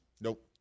Nope